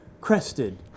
crested